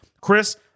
Chris